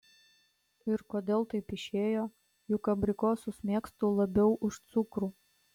ir kodėl taip išėjo juk abrikosus mėgstu labiau už cukrų